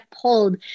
pulled